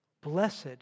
Blessed